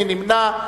מי נמנע?